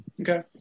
Okay